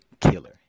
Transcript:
killer